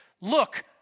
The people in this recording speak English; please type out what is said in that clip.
Look